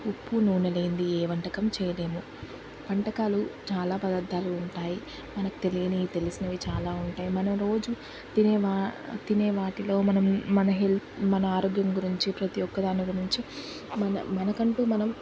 ఉప్పు నూనె లేనిది ఏ వంటకం చేయలేము వంటకాలు చాలా పదార్థాలు ఉంటాయి మనకు తెలియనివి తెలిసినవి చాలా ఉంటాయి మనం రోజు తినే వాటిలో మనం మన హెల్త్ మన ఆరోగ్యం గురించి ప్రతి ఒక్క దాని గురించి మనకంటు మనం